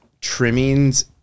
trimmings